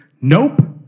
nope